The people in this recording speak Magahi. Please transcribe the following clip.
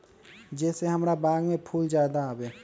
जे से हमार बाग में फुल ज्यादा आवे?